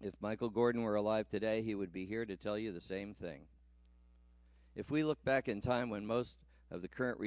if michael gordon were alive today he would be here to tell you the same thing if we look back in time when most of the current